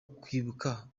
kwibuka